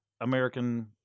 American